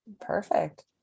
Perfect